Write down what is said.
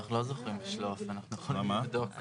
אנחנו לא זוכרים בשלוף, אנחנו יכולים לבדוק.